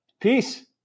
peace